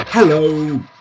Hello